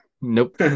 Nope